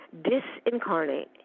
disincarnate